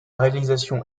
réalisation